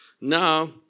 Now